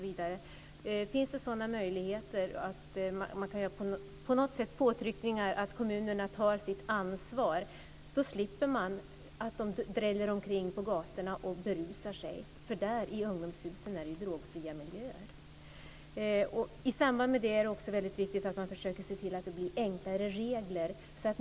Kan man på något sätt utöva påtryckningar på kommunerna att ta sitt ansvar och skapa sådana möjligheter, slipper man att ungdomarna dräller omkring på gatorna och berusar sig. I ungdomshusen är det ju drogfria miljöer. I samband med detta är det också väldigt viktigt att man försöker se till att det blir enklare regler.